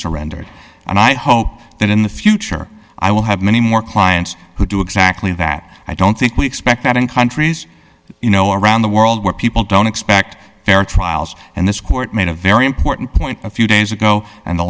surrendered and i hope that in the future i will have many more clients who do exactly that i don't think we expect that in countries you know around the world where people don't expect fair trials and this court made a very important point a few days ago and the